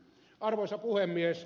arvoisa puhemies